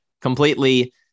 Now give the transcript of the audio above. Completely